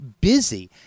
busy